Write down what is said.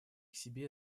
себе